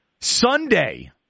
Sunday